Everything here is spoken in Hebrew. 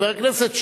חבר הכנסת,